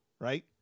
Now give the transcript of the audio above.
right